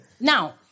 Now